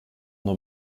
nos